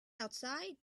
outside